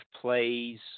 plays